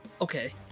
Okay